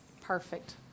Perfect